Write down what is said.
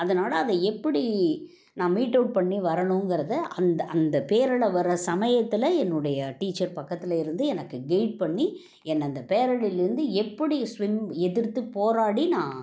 அதனால் அதை எப்படி நான் மீட்டௌட் பண்ணி வர்றணுங்குறத அந்த அந்த பேரில் வர்ற சமயத்தில் என்னுடைய டீச்சர் பக்கத்தில் இருந்து எனக்கு கெயிட் பண்ணி என்ன அந்த பேரலையிலருந்து எப்படி ஸ்விம் எதிர்த்து போராடி நான்